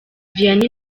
vianney